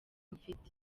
mfite